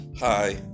Hi